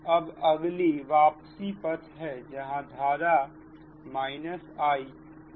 अब अगला वापसी पथ है जहां धारा I m है